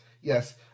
Yes